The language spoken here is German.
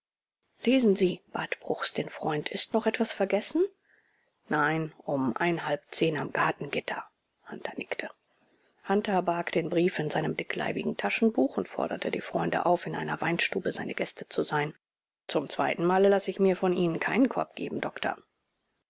lesen sie bat bruchs den freund ist noch etwas vergessen nein um einhalb zehn am gartengitter hunter nickte hunter barg den brief in seinem dickleibigen taschenbuch und forderte die freunde auf in einer weinstube seine gäste zu sein zum zweiten male lasse ich mir von ihnen keinen korb geben doktor